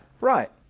right